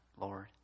Lord